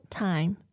time